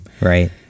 Right